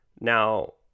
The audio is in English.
now